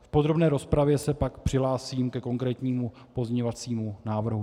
V podrobné rozpravě se pak přihlásím ke konkrétnímu pozměňovacímu návrhu.